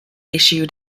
issued